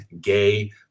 gay